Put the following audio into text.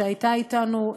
שהייתה אתנו,